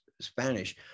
Spanish